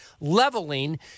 leveling